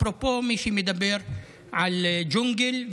אפרופו, מי שמדבר על ג'ונגל.